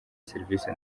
serivisi